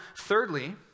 thirdly